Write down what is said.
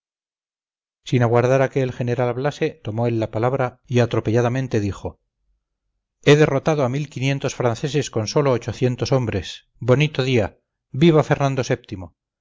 a que el general hablase tomó él la palabra y atropelladamente dijo he derrotado a mil quinientos franceses con sólo ochocientos hombres bonito día viva fernando